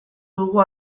dugu